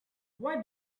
why